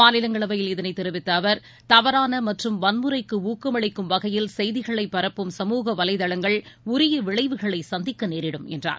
மாநிலங்களவையில் இதனைதெரிவித்தஅவர் தவறானமற்றும் வன்முறைக்குஊக்கமளிக்கும் வகையில் செய்திகளைபரப்பும் சமூக வலைதளங்கள் உரியவிளைவுகளைசந்திக்கநேரிடும் என்றார்